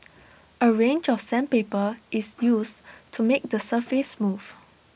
A range of sandpaper is use to make the surface smooth